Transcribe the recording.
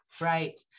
Right